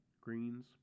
greens